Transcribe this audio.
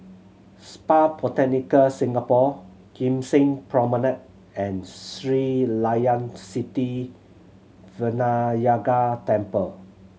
Spa Botanica Singapore Kim Seng Promenade and Sri Layan Sithi Vinayagar Temple